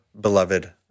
beloved